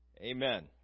Amen